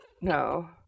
No